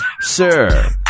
Sir